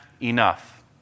enough